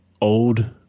old